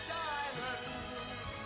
diamonds